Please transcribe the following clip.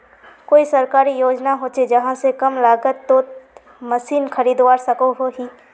कोई सरकारी योजना होचे जहा से कम लागत तोत मशीन खरीदवार सकोहो ही?